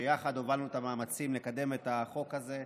שיחד הובלנו את המאמצים לקדם את החוק הזה,